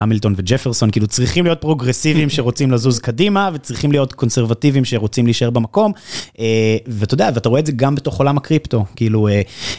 המילטון וג'פרסון, כאילו צריכים להיות פרוגרסיביים שרוצים לזוז קדימה, וצריכים להיות קונסרבטיביים שרוצים להישאר במקום. א...ואתה יודע, ואתה רואה את זה גם בתוך עולם הקריפטו, כאילו אה...